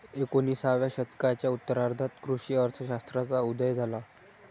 एकोणिसाव्या शतकाच्या उत्तरार्धात कृषी अर्थ शास्त्राचा उदय झाला